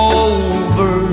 over